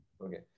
Okay